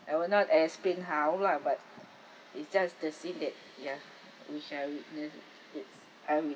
I were not as bin hao lah but it's just the scene that ya we shall live it's um